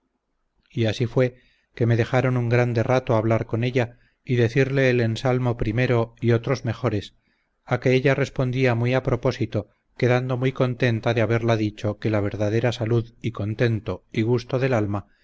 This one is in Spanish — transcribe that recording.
y así fue que me dejaron un grande rato hablar con ella y decirle el ensalmo primero y otros mejores a que ella respondía muy a propósito quedando muy contenta de haberla dicho que la verdadera salud y contento y gusto del alma